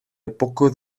epoko